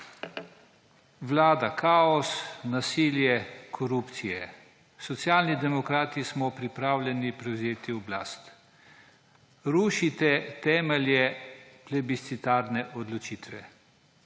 Vlada kaos, nasilje, korupcija. Socialni demokrati smo pripravljeni prevzeti oblast. Rušite temelje plebiscitarne odločitve.«